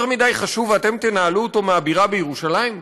מדי חשוב ואתם תנהלו אותו מהבירה בירושלים?